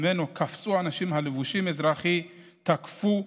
וממנו קפצו אנשים הלבושים אזרחי ותקפו,